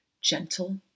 gentle